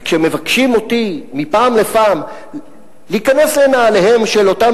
וכשמבקשים ממני מפעם לפעם להיכנס לנעליהם של אותם